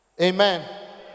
Amen